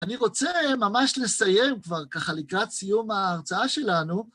אני רוצה ממש לסיים כבר ככה לקראת סיום ההרצאה שלנו...